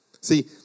See